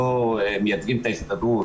לא מייצגים את ההסתדרות